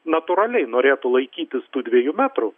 natūraliai norėtų laikytis tų dvejų metrų